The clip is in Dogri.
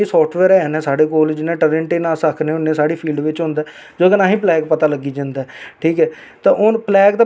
फिर उनें मिगी थोह्ड़ी हिम्मत दित्ती उनें आखेआ तू टैंशन नेई ले तू जां जिस कम्म लेई लग्गी दी ऐ आसेंगी खुशी ऐ साढ़े राजपूते परिवार च इक कुड़ी बाहर निकली ऐ